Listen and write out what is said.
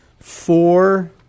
four